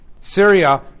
Syria